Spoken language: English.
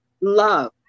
love